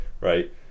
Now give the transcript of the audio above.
Right